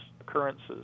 occurrences